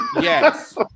Yes